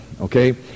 Okay